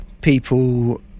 people